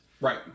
Right